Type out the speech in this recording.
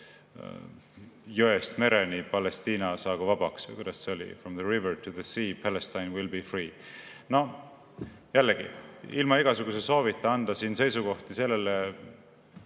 "Jõest mereni Palestiina saagu vabaks." Või kuidas see oli? From the river to the sea, Palestine will be free. Jällegi, ilma igasuguse soovita anda siin seisukohta, kas selliseid